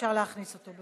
אפשר להכניס אותו.